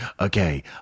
okay